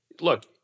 look